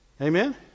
Amen